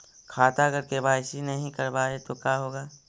खाता अगर के.वाई.सी नही करबाए तो का होगा?